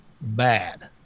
bad